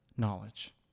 knowledge